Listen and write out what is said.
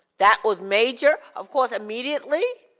that was major. of course, immediately,